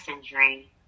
injury